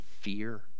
fear